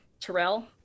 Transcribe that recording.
terrell